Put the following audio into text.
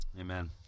Amen